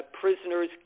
prisoners